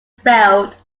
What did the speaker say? failed